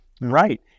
Right